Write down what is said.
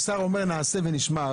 השר אומר 'נעשה ונשמע'.